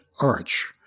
arch